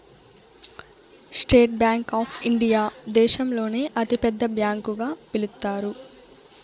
state Bank of India దేశంలోనే అతి పెద్ద బ్యాంకు గా పిలుత్తారు